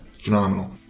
phenomenal